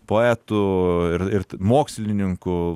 poetų ir t mokslininkų